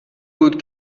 بود